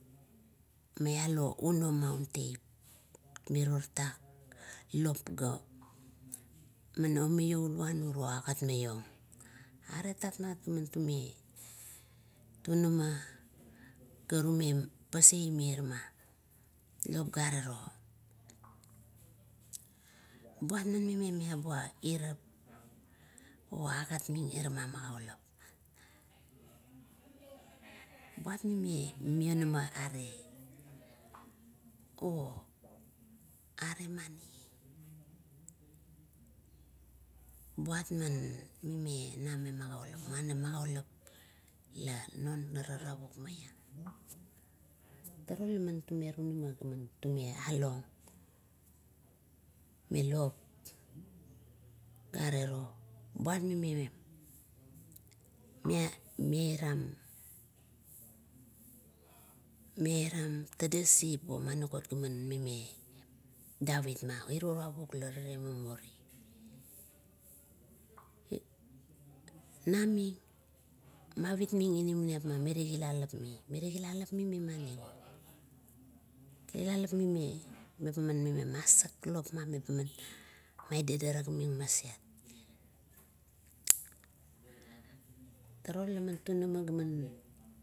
Maiabo uno maun tap, miro tatak lop ga man omiun uro agatming. Aret tapmat ga rume tunama, ga rume paseai me irama, lop garero buat mime miabuam erap, ogatming irama magaulap, buat mime minonama agart, oaremani. Buat mimena me magaulap la nonara tavuk maiang. Tara laman tunama, ga tume along me lop gare ro, buat mime, davit ma, iro tavuk ga rale mumuri, naming mavitming inamanip ma miri kilalap me, miri kilalap mi memani? Kilalap meba man ma sak ming lop, meba man madadarakming maset. Turuo laman tunamaga